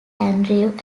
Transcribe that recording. andrew